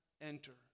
enter